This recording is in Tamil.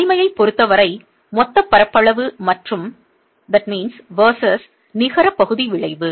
வலிமையைப் பொருத்தவரை மொத்த பரப்பளவு மற்றும் நிகர பகுதி விளைவு